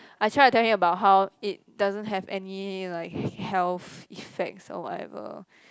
I try to tell him about how it doesn't have any like health effects or whatever